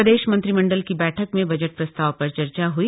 प्रदेश मंत्रिमंडल की बैठक में बजट प्रस्ताव पर चर्चा हई